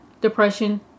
depression